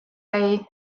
day